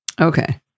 Okay